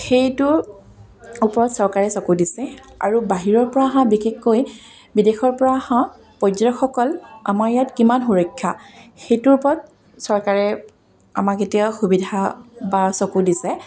সেইটো ওপৰত চৰকাৰে চকু দিছে আৰু বাহিৰৰ পৰা আহা বিশেষকৈ বিদেশৰ পৰা আহা পৰ্যটকসকল আমাৰ ইয়াত কিমান সুৰক্ষা সেইটোৰ ওপৰত চৰকাৰে আমাক এতিয়া সুবিধা বা চকু দিছে